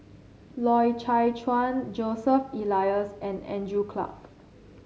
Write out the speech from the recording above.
Loy Chye Chuan Joseph Elias and Andrew Clarke